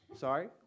Sorry